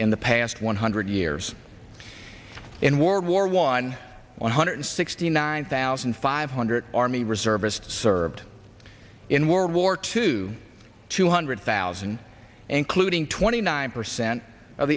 in the past one hundred years in world war one one hundred sixty nine thousand five hundred army reservists served in world war two two hundred thousand and clued in twenty nine percent of